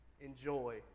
enjoy